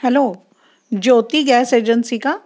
hello Jyoti gas agency का